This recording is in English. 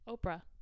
Oprah